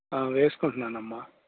వేసుకుంటున్నాను అమ్మా